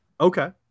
Okay